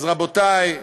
אז רבותי,